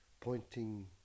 pointing